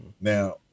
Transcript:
now